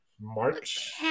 March